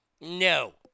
No